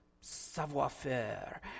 savoir-faire